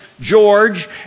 George